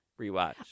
rewatch